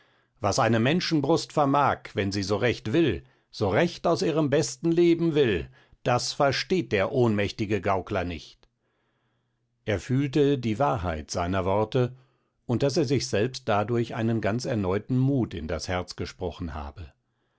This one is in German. was eine menschenbrust vermag wenn sie so recht will so recht aus ihrem besten leben will das versteht der ohnmächtige gaukler nicht er fühlte die wahrheit seiner worte und daß er sich selbst dadurch einen ganz erneuten mut in das herz gesprochen habe